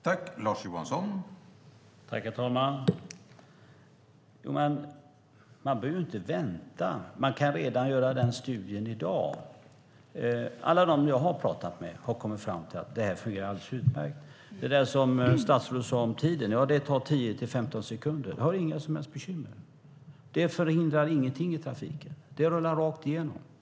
Herr talman! Jo, men man behöver inte vänta. Man kan göra den studien redan i dag. Alla de som jag har talat med har kommit fram till att det här fungerar alldeles utmärkt. Statsrådet talade om tiden - ja, det tar 10-15 sekunder. Det är inga som helst bekymmer. Det förhindrar ingenting i trafiken. Den rullar rakt igenom.